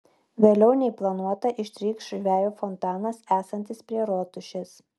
vėliau nei planuota ištrykš žvejo fontanas esantis prie rotušės